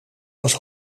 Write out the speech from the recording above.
was